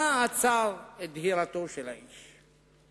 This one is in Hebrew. מה עצר את דהירתו של האיש?